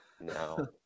No